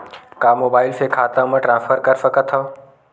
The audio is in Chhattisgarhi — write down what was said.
का मोबाइल से खाता म ट्रान्सफर कर सकथव?